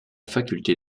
faculté